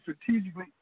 strategically